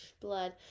blood